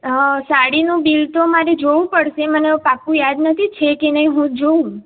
હા સાડીનું બિલ તો મારે જોવું પડશે મને હવે પાક્કું યાદ નથી છે કે નહીં હું જોવું